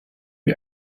you